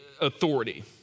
authority